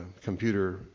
computer